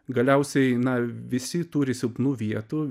galiausiai na visi turi silpnų vietų